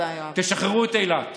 תשחררו את אילת.